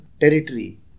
territory